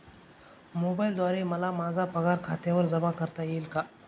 मोबाईलद्वारे मला माझा पगार खात्यावर जमा करता येईल का?